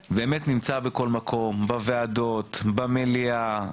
מקום, בוועדות, במליאה,